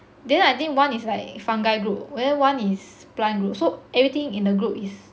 then I think one is like fungi group whereas one is plant so everything in the group is